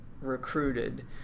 recruited